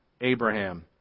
Abraham